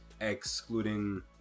excluding